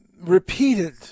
repeated